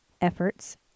efforts